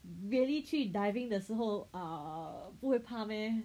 really 去 diving 的时候 err 不会怕 meh